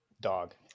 Dog